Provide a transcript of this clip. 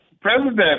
president